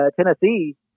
Tennessee